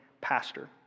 pastor